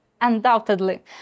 undoubtedly